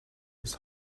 his